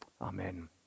Amen